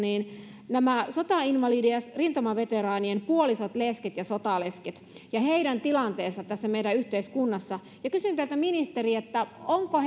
sotainvalidien ja rintamaveteraanien puolisot lesket ja sotalesket ja heidän tilanteensa meidän yhteiskunnassamme kysyn teiltä ministeri onko